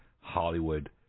Hollywood